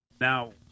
now